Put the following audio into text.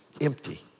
empty